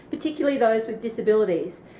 particularly those with disabilities.